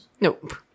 Nope